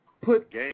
put